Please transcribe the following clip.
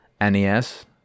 NES